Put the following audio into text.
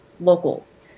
locals